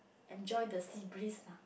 enjoy the sea breeze lah